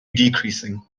decreasing